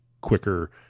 quicker